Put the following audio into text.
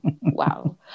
Wow